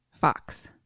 Fox